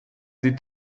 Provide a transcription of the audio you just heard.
sieht